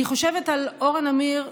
אני חושבת על אורה נמיר,